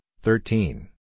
thirteen